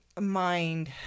mind